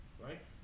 right